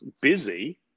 busy